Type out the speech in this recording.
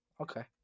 Okay